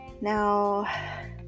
now